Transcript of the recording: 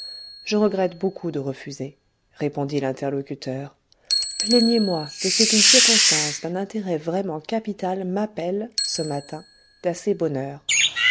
je regrette beaucoup de refuser répondit l'interlocuteur plaignez-moi de ce qu'une circonstance d'un intérêt vraiment capital m'appelle ce matin d'assez bonne